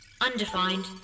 Undefined